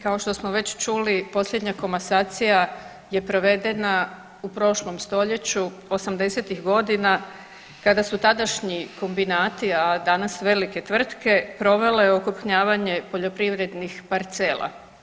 Kao što smo već čuli posljednja komasacija je provedena u prošlom stoljeću osamdesetih godina kada su tadašnji kombinati, a danas velike tvrtke provele okrupnjavanje poljoprivrednih parcela.